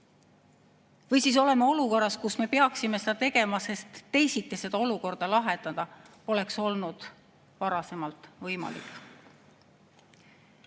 või siis oleme olukorras, kus me peaksime seda tegema, sest teisiti seda olukorda lahendada poleks olnud varasemalt võimalik.